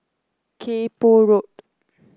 Kay Poh Road